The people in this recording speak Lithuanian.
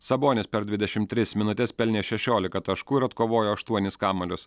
sabonis per dvidešim tris minutes pelnė šešioliką taškų ir atkovojo aštuonis kamuolius